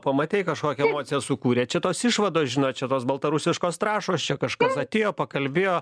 pamatei kažkokią emociją sukūrė čia tos išvados žinot čia tos baltarusiškos trąšos čia kažkas atėjo pakalbėjo